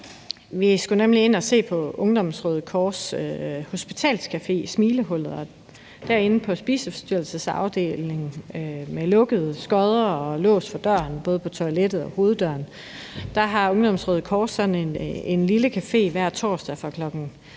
Vi skulle nemlig ind at se på Ungdommens Røde Kors' hospitalscafé Smilehullet. Inde på spiseforstyrrelsesafdelingen med lukkede skodder og lås på døren, både til toilettet og på hoveddøren, har Ungdommens Røde Kors sådan en lille café hver torsdag fra kl.